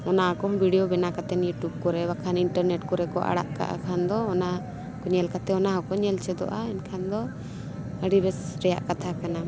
ᱚᱱᱟ ᱠᱚᱢ ᱵᱷᱤᱰᱭᱳ ᱵᱮᱱᱟᱣ ᱠᱟᱛᱮᱫ ᱤᱭᱩᱴᱤᱭᱩᱵᱽ ᱠᱚᱨᱮ ᱵᱟᱠᱷᱟᱱ ᱤᱱᱴᱟᱨᱱᱮᱴ ᱠᱚᱨᱮ ᱠᱚ ᱟᱲᱟᱜ ᱠᱟᱜᱼᱟ ᱠᱷᱟᱱ ᱫᱚ ᱚᱱᱟ ᱠᱚ ᱧᱮᱞ ᱠᱟᱛᱮᱫ ᱚᱱᱟ ᱦᱚᱸᱠᱚ ᱧᱮᱞ ᱪᱮᱫᱚᱜᱼᱟ ᱮᱱᱠᱷᱟᱱ ᱫᱚ ᱟᱹᱰᱤ ᱵᱮᱥ ᱨᱮᱱᱟᱜ ᱠᱟᱛᱷᱟ ᱠᱟᱱᱟ